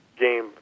game